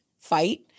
fight